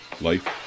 life